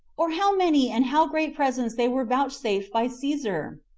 or how many and how great presents they were vouchsafed by caesar?